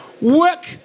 Work